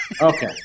Okay